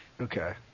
Okay